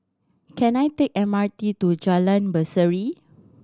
can I take M R T to Jalan Berseri